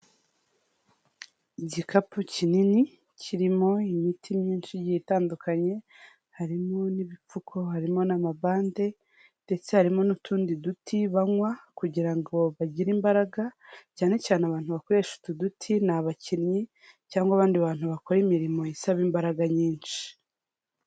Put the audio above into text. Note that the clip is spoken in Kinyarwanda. Igikapu kinini kirimo imiti myinshi itandukanye harimo n'ibipfuko harimo n'amabande ndetse harimo n'utundi duti banywa kugira ngo bagire imbaraga, cyane cyane abantu bakoresha utu duti ni abakinnyi cyangwa abandi bantu bakora imirimo isaba imbaraga nyinshi.